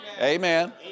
Amen